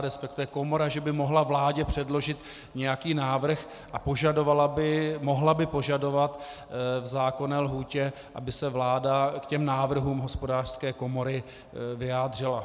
Resp. komora, že by mohla vládě předložit nějaký návrh a požadovala by, mohla by požadovat v zákonné lhůtě, aby se vláda k těm návrhům Hospodářské komory vyjádřila.